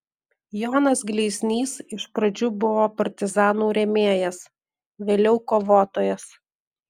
jonas gleiznys iš pradžių buvo partizanų rėmėjas vėliau kovotojas